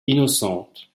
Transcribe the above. innocente